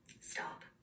Stop